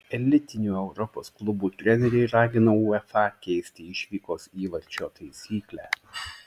elitinių europos klubų treneriai ragina uefa keisti išvykos įvarčio taisyklę